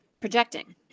projecting